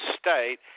state